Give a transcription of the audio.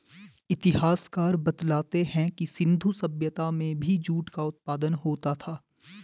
इतिहासकार बतलाते हैं कि सिन्धु सभ्यता में भी जूट का उत्पादन होता था